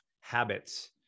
habits